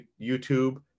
YouTube